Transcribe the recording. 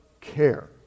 care